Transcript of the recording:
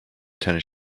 tennis